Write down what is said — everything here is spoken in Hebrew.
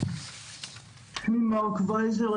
שמי מרק וייזר.